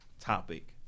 topic